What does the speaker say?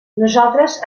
nosaltres